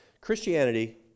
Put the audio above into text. Christianity